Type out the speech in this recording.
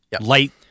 Light